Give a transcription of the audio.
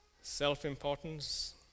self-importance